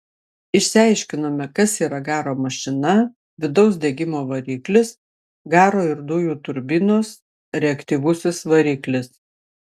išsiaiškinome kas yra garo mašina vidaus degimo variklis garo ir dujų turbinos reaktyvusis variklis